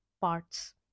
parts